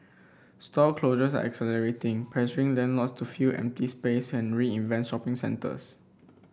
store closures are accelerating pressuring then lords to fill empty space and reinvent shopping centres